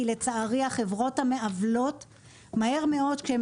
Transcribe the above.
כי לצערי החברות המעוולות מהר מאוד כשהן